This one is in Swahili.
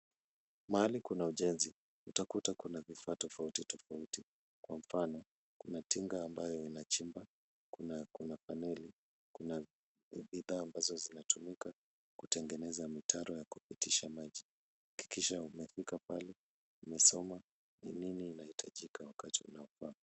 Mahali kuna uchenzi utakuta kuna vifaa tafauti tafauti kwa mfano kuna tinga ambayo inajimba, kuna kanuli, kuna mbita mbazo zinatumika kutengenesa mitaro na kupitisha maji kuakikishaukifika pale umesoma ni nini inaitajika wakati unaofaa.